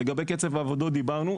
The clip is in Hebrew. לגבי קצב העבודות דיברנו.